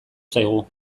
zaigu